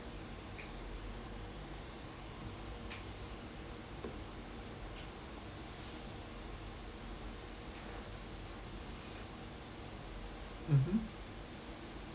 mmhmm